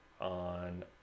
on